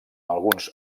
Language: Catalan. alguns